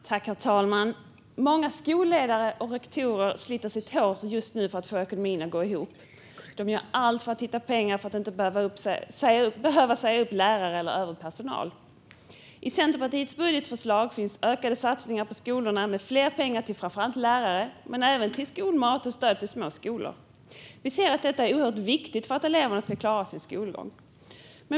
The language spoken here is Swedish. Herr talman! Många skolledare och rektorer sliter just nu sitt hår för att få ekonomin att gå ihop. De gör allt för att hitta pengar och för att inte behöva säga upp lärare eller övrig personal. I Centerpartiets budgetförslag finns ökade satsningar på skolorna. Det handlar framför allt om mer pengar till lärare men även om mer pengar till skolmat och stöd till små skolor. Vi ser att detta är oerhört viktigt för att eleverna ska klara sin skolgång.